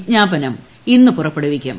വിജ്ഞാപനം ഇന്ന് പുറപ്പെടുവിക്കും